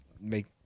make